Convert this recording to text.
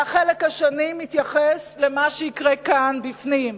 והחלק השני מתייחס למה שיקרה כאן, בפנים: